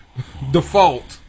Default